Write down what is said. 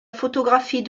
photographie